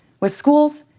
with schools,